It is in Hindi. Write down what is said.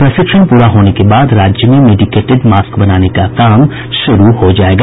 प्रशिक्षण पूरा होने के बाद राज्य में मेडिकेटेड मास्क बनाने का काम शुरू हो जायेगा